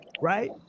right